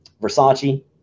Versace